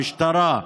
המשטרה,